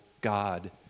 God